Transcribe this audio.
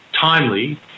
timely